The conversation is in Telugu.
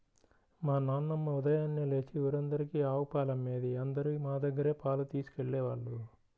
మా నాన్నమ్మ ఉదయాన్నే లేచి ఊరందరికీ ఆవు పాలమ్మేది, అందరూ మా దగ్గరే పాలు తీసుకెళ్ళేవాళ్ళు